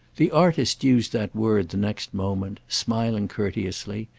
the artist used that word the next moment smiling courteously,